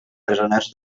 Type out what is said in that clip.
presoners